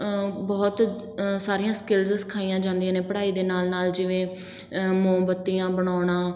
ਬਹੁਤ ਸਾਰੀਆਂ ਸਕਿੱਲਸ ਸਿਖਾਈਆਂ ਜਾਂਦੀਆਂ ਨੇ ਪੜ੍ਹਾਈ ਦੇ ਨਾਲ ਨਾਲ ਜਿਵੇਂ ਮੋਮਬੱਤੀਆਂ ਬਣਾਉਣਾ